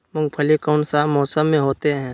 मूंगफली कौन सा मौसम में होते हैं?